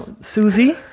Susie